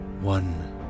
one